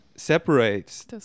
separates